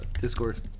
Discord